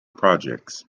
projects